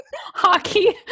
hockey